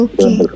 Okay